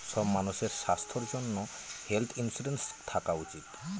সব মানুষের স্বাস্থ্যর জন্য হেলথ ইন্সুরেন্স থাকা উচিত